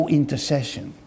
intercession